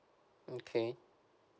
okay